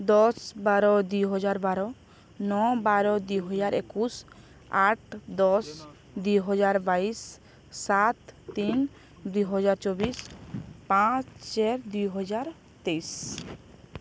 ଦଶ୍ ବାର ଦୁଇ ହଜାର୍ ବାର ନଅ ବାର ଦୁଇ ହଜାର୍ ଏକୋଇଶ୍ ଆଠ୍ ଦଶ୍ ଦୁଇ ହଜାର୍ ବାଇଶ୍ ସାତ୍ ତିନ୍ ଦୁଇ ହଜାର୍ ଚୋବିଶ୍ ପାଞ୍ଚ୍ ଚାଏର୍ ଦୁଇ ହଜାର୍ ତେଇଶ୍